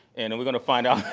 and we're going to find out